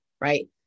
right